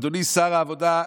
אדוני שר העבודה,